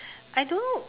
I don't know